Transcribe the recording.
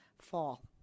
fall